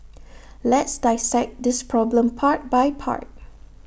let's dissect this problem part by part